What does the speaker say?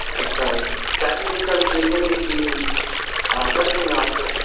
اچھا ٹائم دیکھ کر دیکھیں گے کہ کر دیں گے آپ کا